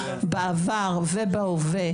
בעבר ובהווה,